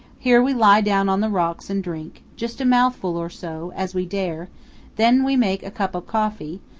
here we lie down on the rocks and drink, just a mouthful or so, as we dare then we make a cup of coffee,